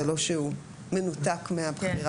זה לא שהוא מנותק מהבחירה.